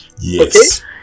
Yes